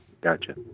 Gotcha